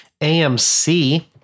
AMC